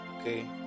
Okay